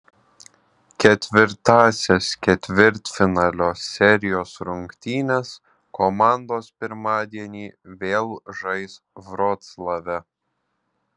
ketvirtąsias ketvirtfinalio serijos rungtynes komandos pirmadienį vėl žais vroclave